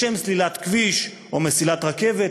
לשם סלילת כביש או מסילת רכבת,